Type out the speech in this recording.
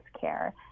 care